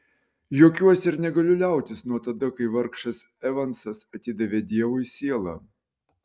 juokiuosi ir negaliu liautis nuo tada kai vargšas evansas atidavė dievui sielą